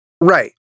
Right